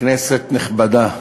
כנסת נכבדה,